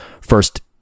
first